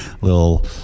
little